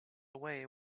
away